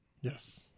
Yes